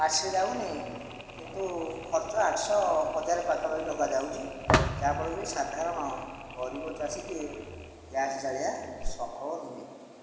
ଆସି ଯାଉନି କିନ୍ତୁ ଖର୍ଚ୍ଚ ଆଠଶହ ହଜାର ପାଖାପାଖି ଟଙ୍କା ଯାଉଛି ଯାହାଫଳରେ କି ସାଧାରଣ ଗରିବ ଚାଷୀଟିଏ ଗ୍ୟାସ୍ ଜାଳିଆ ସମ୍ଭବ ନୁହେଁ